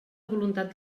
voluntat